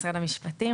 משרד המשפטים,